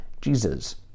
Jesus